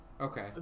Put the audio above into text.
Okay